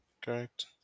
Correct